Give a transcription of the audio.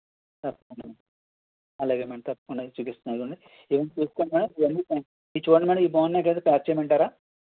అలాగే మ్యాడమ్ తప్పకుండా చూపిస్తాను ఇవి చూడండి మ్యాడమ్ ఇవి బాగున్నాయి కదా ప్యాక్ చేయమంటారా